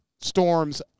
Storm's